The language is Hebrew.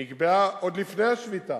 נקבעה, עוד לפני השביתה,